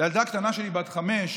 לילדה הקטנה שלי בת החמש,